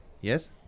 Yes